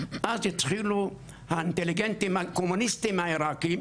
אז התחילו האינטליגנטים הקומוניסטים העירקיים,